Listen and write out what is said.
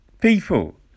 people